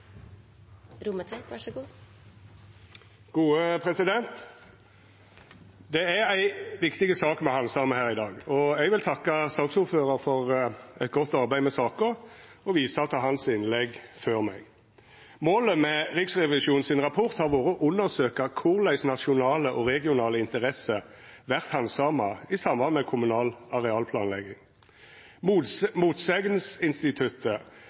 ei viktig sak me handsamar her i dag. Eg vil takka saksordføraren for eit godt arbeid med saka og visa til hans innlegg før meg. Målet med Riksrevisjonens rapport har vore å undersøkja korleis nasjonale og regionale interesser vert handsama i samband med kommunal arealplanlegging.